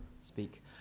speak